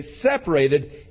separated